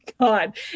God